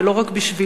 ולא רק בשבילו,